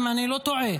אם אני לא טועה,